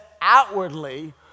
outwardly